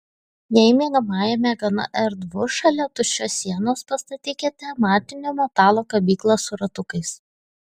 jei miegamajame gana erdvu šalia tuščios sienos pastatykite matinio metalo kabyklą su ratukais